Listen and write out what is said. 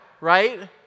right